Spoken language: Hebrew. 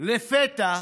לפתע,